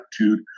attitude